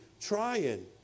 trying